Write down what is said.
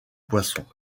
poissons